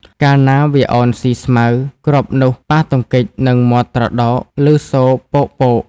កាលណាវាឱនស៊ីស្មៅគ្រាប់នោះប៉ះទង្គិចនឹងមាត់ត្រដោកឮសូរប៉ូកៗ។